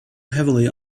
heavily